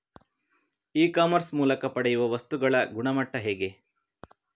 E commerce ಮೂಲಕ ಪಡೆಯುವ ವಸ್ತುಗಳ ಗುಣಮಟ್ಟ ಹೇಗೆ?